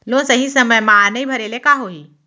Loan सही समय मा नई भरे ले का होही?